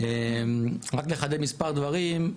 רק לחדד מספר דברים.